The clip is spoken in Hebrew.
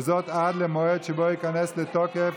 וזאת עד למועד שבו ייכנס לתוקף